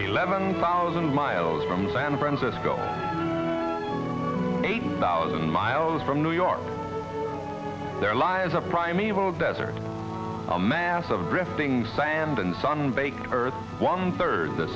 eleven thousand miles from san francisco eight thousand miles from new york there lies a primeval desert a mass of drifting sand and sun baked earth one third the